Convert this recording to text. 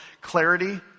clarity